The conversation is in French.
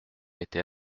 était